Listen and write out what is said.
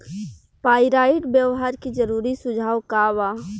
Pyrite व्यवहार के जरूरी सुझाव का वा?